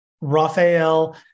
Raphael